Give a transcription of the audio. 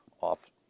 off